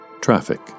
Traffic